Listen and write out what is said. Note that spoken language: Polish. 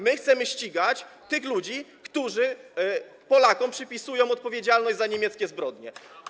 My chcemy ścigać tych ludzi, którzy Polakom przypisują odpowiedzialność za niemieckie zbrodnie.